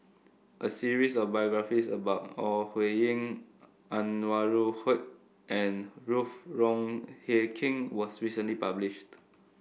a series of biographies about Ore Huiying Anwarul Haque and Ruth Wong Hie King was recently published